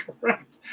correct